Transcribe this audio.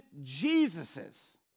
Jesus's